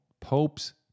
popes